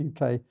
UK